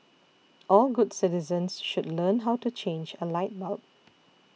all good citizens should learn how to change a light bulb